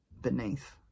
beneath